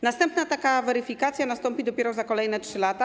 Następna taka weryfikacja nastąpi dopiero za kolejne 3 lata.